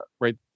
right